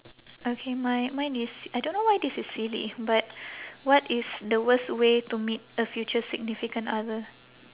okay my mine is I don't know why this is silly but what is the worst way to meet a future significant other